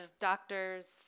doctors